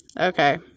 Okay